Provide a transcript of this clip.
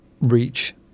reach